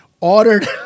Ordered